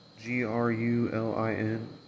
G-R-U-L-I-N